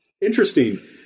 interesting